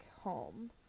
home